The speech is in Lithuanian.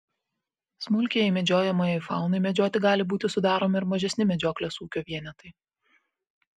smulkiajai medžiojamajai faunai medžioti gali būti sudaromi ir mažesni medžioklės ūkio vienetai